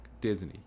Disney